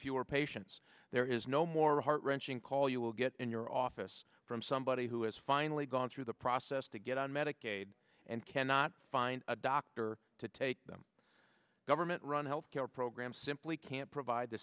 fewer patients there is no more heart wrenching call you will get in your office from somebody who has finally gone through the process to get on medicaid and cannot find a doctor to take them government run health care program simply can't provide the